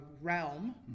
realm